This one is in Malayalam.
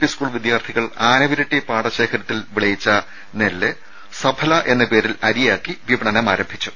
പി സ്കൂൾ വിദ്യാർത്ഥികൾ ആനവിരട്ടി പാടശേഖരത്തിൽ വിളയിച്ച നെല്ല് സഫല എന്ന പേരിൽ അരിയാക്കി വിപണനം ആരംഭിച്ചു